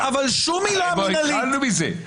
בחיים לא התחלנו מזה.